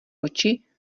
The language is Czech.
oči